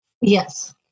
yes